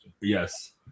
Yes